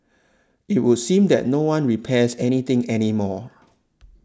it would seem that no one repairs any thing any more